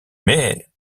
mais